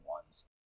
ones